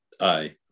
Aye